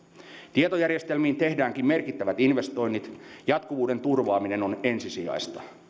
tietojärjestelmiin tehdäänkin merkittävät investoinnit jatkuvuuden turvaaminen on ensisijaista